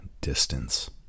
distance